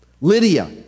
Lydia